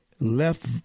left